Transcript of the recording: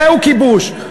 זהו כיבוש.